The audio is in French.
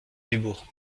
dubourg